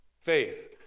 Faith